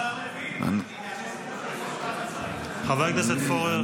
השר לוין --- חבר הכנסת פורר.